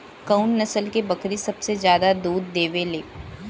कउन नस्ल के बकरी सबसे ज्यादा दूध देवे लें?